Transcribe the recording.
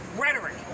rhetoric